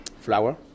flour